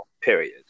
period